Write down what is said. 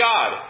God